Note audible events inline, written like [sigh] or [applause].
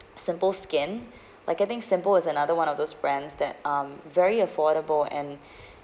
[noise] simple skin like getting simple is another one of those brands that um very affordable and [breath]